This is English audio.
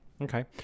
Okay